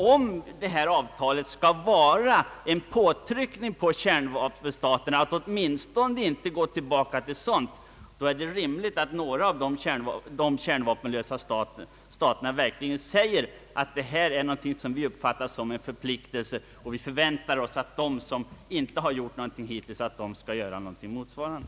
Om det här avtalet skall vara en påtryckning på kärnvapenmakterna att åtminstone inte gå tillbaka till ett sådant resonemang, då är det rimligt att några av de kärnvapenlösa verkligen säger att det här är någonting som de uppfattar som en förpliktelse och att de förväntar sig att de som inte gjort någonting hittills skall göra någonting motsvarande.